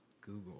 Google